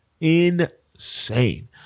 Insane